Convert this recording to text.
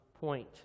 point